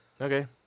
Okay